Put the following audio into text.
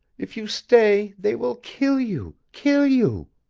if you stay they will kill you kill you